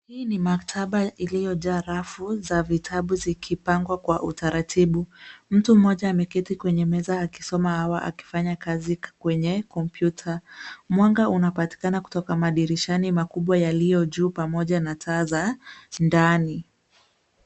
Hii ni maktaba iliyojaa rafu za vitabu zikipangwa kwa utaratibu. Mtu mmoja ameketi kwenye meza akisoma au akifanya kazi kwenye kompyuta. Mwanga unapatikana kutoka madirishani makubwa yaliyo juu pamoja na taa za ndani.